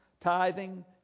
tithing